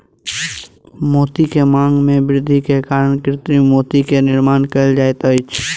मोती के मांग में वृद्धि के कारण कृत्रिम मोती के निर्माण कयल जाइत अछि